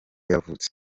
yavutse